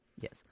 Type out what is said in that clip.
Yes